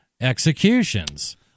executions